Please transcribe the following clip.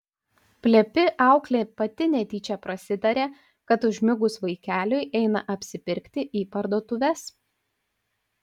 plepi auklė pati netyčia prasitarė kad užmigus vaikeliui eina apsipirkti į parduotuves